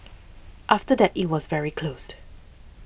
after that it was very closed